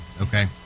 okay